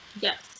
yes